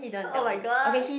oh-my-god